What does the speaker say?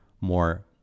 more